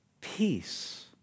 peace